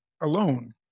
alone